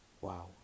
wow